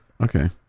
Okay